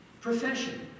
profession